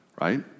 right